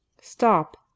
Stop